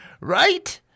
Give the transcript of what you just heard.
Right